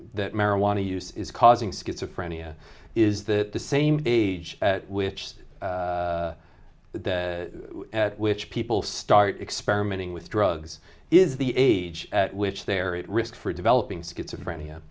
that marijuana use is causing schizophrenia is that the same age at which that at which people start experimenting with drugs is the age at which they're at risk for developing schizophrenia